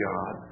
God